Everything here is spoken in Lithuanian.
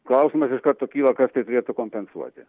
klausimas iš karto kyla kas tai turėtų kompensuoti